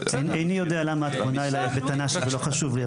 איני יודע למה את פונה אליי בטענה שזה לא חשוב לי.